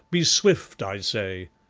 be swift, i say.